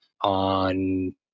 on